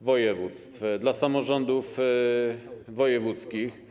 województw, dla samorządów wojewódzkich.